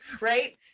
Right